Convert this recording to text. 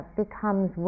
becomes